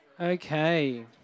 Okay